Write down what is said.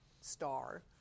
star